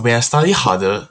when I study harder